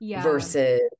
versus